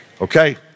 Okay